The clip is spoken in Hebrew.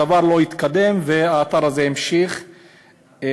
הדבר לא התקדם, והאתר הזה המשיך לפעול.